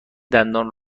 دندان